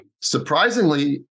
Surprisingly